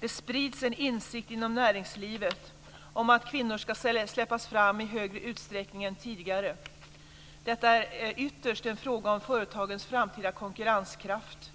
Det sprids en insikt inom näringslivet om att kvinnor ska släppas fram i större utsträckning än tidigare. Detta är ytterst en fråga om företagens framtida konkurrenskraft.